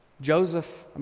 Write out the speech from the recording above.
Joseph